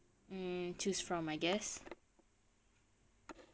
mm choose from I guess